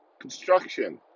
construction